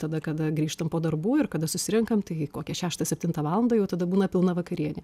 tada kada grįžtam po darbų ir kada susirenkam tai kokią šeštą septintą valandą jau tada būna pilna vakarienė